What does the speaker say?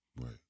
right